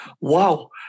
Wow